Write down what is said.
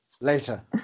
Later